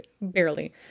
barely